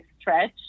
stretch